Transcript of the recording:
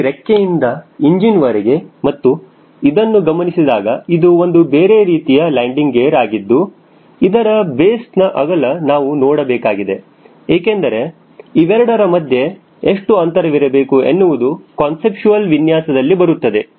ಹಾಗಾಗಿ ಈ ರೆಕ್ಕೆಯಿಂದ ಇಂಜಿನ್ ವರೆಗೆ ಮತ್ತು ಇದನ್ನು ಗಮನಿಸಿದಾಗ ಇದು ಒಂದು ಬೇರೆ ರೀತಿಯ ಲ್ಯಾಂಡಿಂಗ್ ಗೆರ ಆಗಿದ್ದು ಅದರ ಬೇಸ್ ನ ಅಗಲ ನಾವು ನೋಡಬೇಕಾಗಿದೆ ಏಕೆಂದರೆ ಇವೆರಡರ ಮಧ್ಯೆ ಎಷ್ಟು ಅಂತರವಿರಬೇಕು ಎನ್ನುವುದು ಕನ್ಸಿಪ್ಚುವಲ್ ವಿನ್ಯಾಸದಲ್ಲಿ ಬರುತ್ತದೆ